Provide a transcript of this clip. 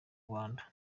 rwanda